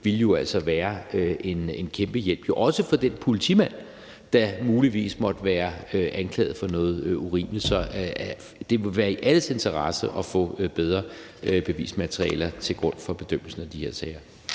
jo være en kæmpe hjælp, også for den politimand, der muligvis måtte være anklaget for noget urimeligt. Så det må være i alles interesse at få bedre bevismateriale til grund for bedømmelsen af de her sager.